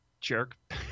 jerk